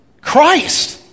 Christ